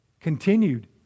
Continued